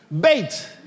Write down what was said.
bait